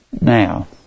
Now